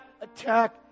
attack